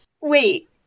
Wait